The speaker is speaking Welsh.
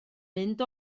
mynd